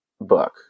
book